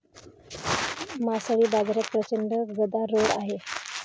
मासळी बाजारात प्रचंड गदारोळ आहे